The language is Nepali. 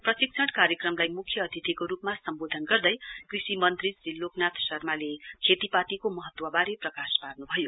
प्रशिक्षण कार्यक्रमलाई मुख्य अतिथिको रूपमा सम्बोधन गर्दै कृषि मन्त्री श्री लोकनाथ शर्माले खेतीपातीको महत्ववारे प्रकाश पार्नुभयो